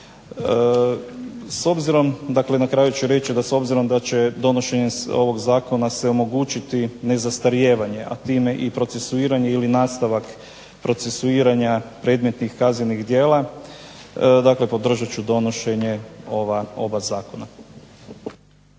S obzirom, dakle na kraju ću reći da s obzirom da će donošenjem ovog zakona se omogućiti nezastarijevanje, a time i procesuiranje ili nastavak procesuiranja predmetnih kaznenih djela, dakle podržat ću donošenje ova oba zakona.